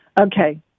Okay